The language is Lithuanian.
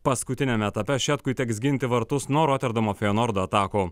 paskutiniame etape šetkui teks ginti vartus nuo roterdamo fejenordo atakų